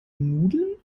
nudeln